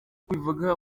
ubivuga